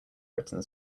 britain